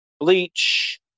Bleach